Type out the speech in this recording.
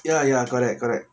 ya ya correct correct